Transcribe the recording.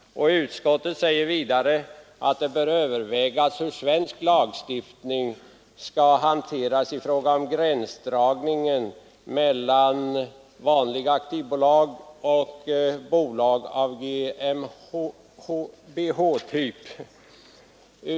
Utskottet säger vidare att det bör övervägas hur svensk lagstiftning skall hanteras i fråga om gränsdragningen mellan vanliga aktiebolag och bolag av GmbH-typ.